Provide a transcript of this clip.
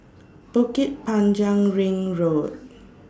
Bukit Panjang Ring Road